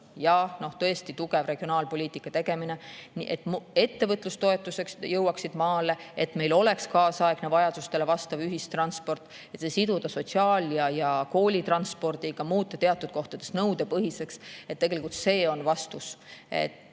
ja tugeva regionaalpoliitika tegemine, et ettevõtlustoetused jõuaksid maale ja meil oleks kaasaegne vajadustele vastav ühistransport, see siduda sotsiaal- ja koolitranspordiga ja muuta teatud kohtades nõudepõhiseks. Tegelikult see on vastus.